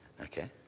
Okay